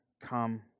come